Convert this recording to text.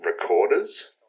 recorders